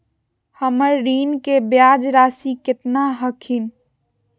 हमर ऋण के ब्याज रासी केतना हखिन?